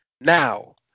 Now